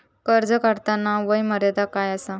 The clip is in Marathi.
कर्ज काढताना वय मर्यादा काय आसा?